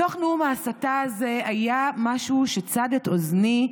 בתוך נאום ההסתה הזה היה משהו שצד את אוזני,